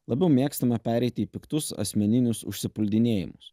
labiau mėgstame pereiti į piktus asmeninius užsipuldinėjimus